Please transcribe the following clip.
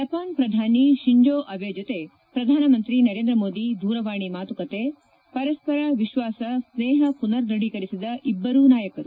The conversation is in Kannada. ಜಪಾನ್ ಪ್ರಧಾನಿ ಶಿಂಜೋ ಅಬೆ ಜೊತೆ ಪ್ರಧಾನಮಂತ್ರಿ ನರೇಂದ್ರಮೋದಿ ದೂರವಾಣಿ ಮಾತುಕತೆ ಪರಸ್ವರ ವಿಶ್ವಾಸ ಸ್ಟೇಪ ಮನರ್ ದ್ವಢೀಕರಿಸಿದ ಇಬ್ಲರೂ ನಾಯಕರು